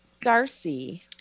Darcy